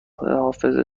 حافظه